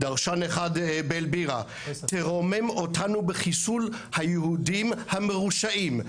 דרשן אחד באל בירה: "תרומם אותנו בחיסול היהודים המרושעים".